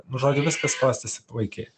nu žodžiu viskas klostėsi puikiai